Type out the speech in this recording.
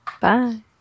Bye